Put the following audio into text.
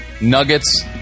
nuggets